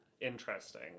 interesting